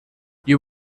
you